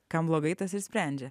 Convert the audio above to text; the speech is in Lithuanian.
kam blogai tas ir sprendžia